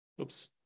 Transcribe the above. Oops